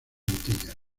antillas